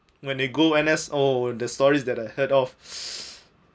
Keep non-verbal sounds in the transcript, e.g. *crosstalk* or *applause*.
when they go N_S oh the stories that I heard of *noise*